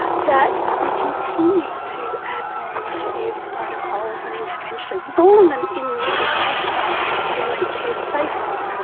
that we continue to add more initiatives, protocols and interventions, all in an in an attempt to make care safer.